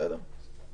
תודה.